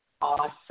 awesome